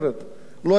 לא היה שום דבר.